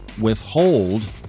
withhold